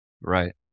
Right